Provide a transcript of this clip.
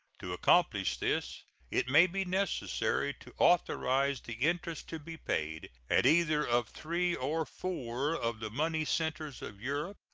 to accomplish this it may be necessary to authorize the interest to be paid at either of three or four of the money centers of europe,